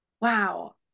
wow